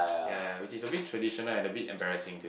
ya ya which is a bit traditional and a bit embarrassing